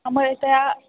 हमर एकटा